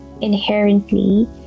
inherently